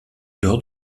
dehors